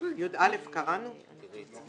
כדי שזה